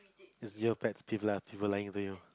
is your pet's peeve lah people lying to you